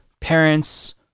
parents